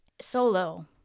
solo